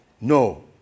No